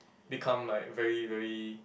become like very very